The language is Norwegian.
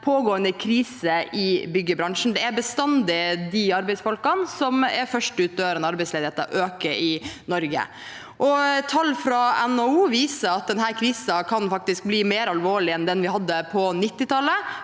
pågående krise i byggebransjen. Det er bestandig disse arbeidsfolkene som er først ut døren når arbeidsledigheten øker i Norge. Tall fra NHO viser at denne krisen faktisk kan bli mer alvorlig enn den vi hadde på 1990-tallet.